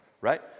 right